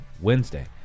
Wednesday